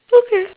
okay